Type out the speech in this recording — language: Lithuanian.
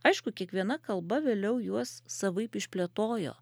aišku kiekviena kalba vėliau juos savaip išplėtojo